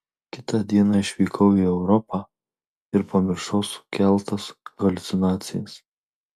kitą dieną išvykau į europą ir pamiršau sukeltas haliucinacijas